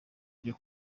byo